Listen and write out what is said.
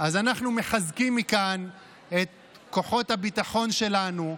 אז אנחנו מחזקים מכאן את כוחות הביטחון שלנו,